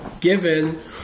given